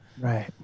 Right